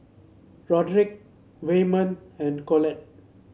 Roderick Wayman and Collette